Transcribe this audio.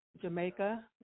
Jamaica